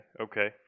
Okay